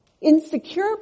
insecure